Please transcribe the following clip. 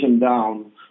down